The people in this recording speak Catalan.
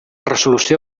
resolució